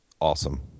awesome